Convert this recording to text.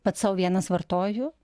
pats sau vienas vartoju